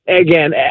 Again